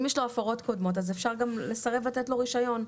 אם יש לו הפרות קודמות אפשר לסרב לתת לו רישיון.